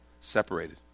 separated